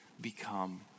become